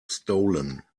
stolen